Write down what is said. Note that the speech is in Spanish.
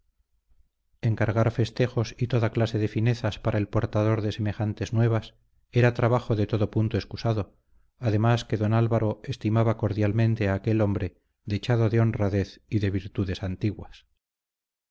encargar festejos y toda clase de finezas para el portador de semejantes nuevas era trabajo de todo punto excusado además que don alonso estimaba cordialmente a aquel hombre dechado de honradez y de virtudes antiguas